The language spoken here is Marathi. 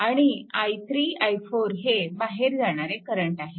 आणि i3 i4 हे बाहेर जाणारे करंट आहेत